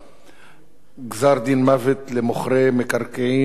גזרי-דין מוות למוכרי מקרקעין ליהודים,